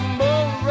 more